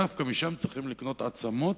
דווקא משם צריך לקנות עצמות,